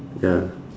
ya